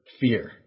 fear